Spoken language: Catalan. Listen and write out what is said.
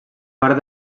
part